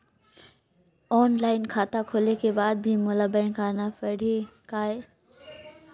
Online खाता खोले के बाद भी मोला बैंक आना पड़ही काय?